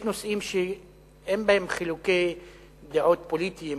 יש נושאים שאין בהם חילוקי דעות פוליטיים,